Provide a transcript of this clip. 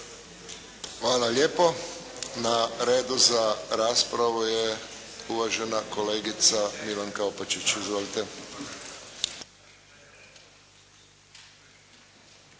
Hvala lijepo. Na redu za raspravu je uvažena kolegica Milanka Opačić. Izvolite.